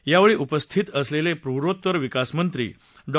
यावेळी उपस्थित असलेले पूर्वोत्तर विकासमंत्री डॉ